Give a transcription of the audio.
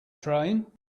train